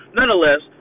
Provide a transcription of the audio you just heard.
Nonetheless